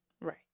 Right